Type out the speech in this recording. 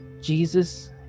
Jesus